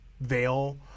veil